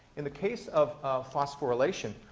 in the case of phosphorylation,